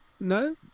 No